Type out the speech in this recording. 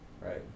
right